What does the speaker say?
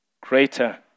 greater